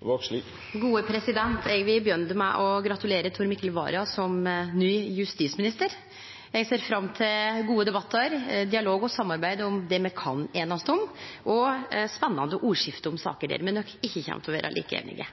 Eg vil begynne med å gratulere Tor Mikkel Vara som ny justisminister. Eg ser fram til gode debattar, dialog og samarbeid om det me kan einast om, og spennande ordskifte om saker der me nok ikkje kjem til å vere like einige.